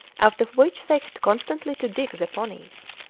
out of which they had constantly to dig the ponies.